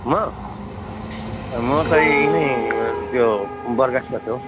म म त यिनै त्यो बरगाछमा छु हौ